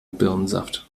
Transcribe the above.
birnensaft